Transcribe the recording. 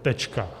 Tečka.